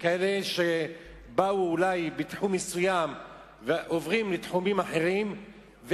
כאלה שבאו אולי לעבוד בתחום מסוים ועוברים לתחומים אחרים,